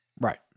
Right